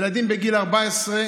ילדים בגיל 14,